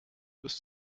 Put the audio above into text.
bis